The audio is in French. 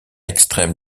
extrême